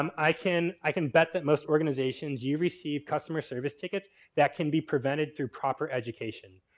um i can i can bet that most organizations you receive customer service tickets that can be prevented through proper education.